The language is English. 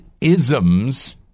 isms